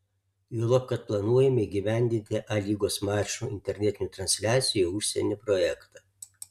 juolab kad planuojame įgyvendinti a lygos mačų internetinių transliacijų į užsienį projektą